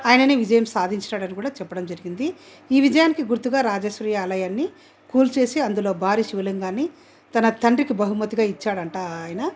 ఆయనని విజయం సాధించాడనీ కూడా చెప్పడం జరిగింది ఈ విజయానికి గుర్తుగా రాజేశ్వరి ఆలయాన్ని కూల్చేసి అందులో భారీ శివలింగాన్ని తన తండ్రికి బహుమతిగా ఇచ్చాడంట ఆయన